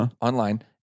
online